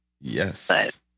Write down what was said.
Yes